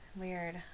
Weird